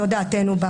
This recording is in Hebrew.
זו דעתנו.